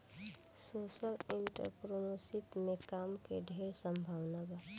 social entrepreneurship में काम के ढेर संभावना बा